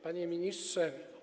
Panie Ministrze!